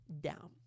down